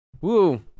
Woo